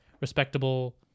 respectable